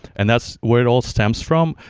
and that's where it all stems from.